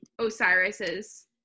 Osiris's